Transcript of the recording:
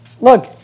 Look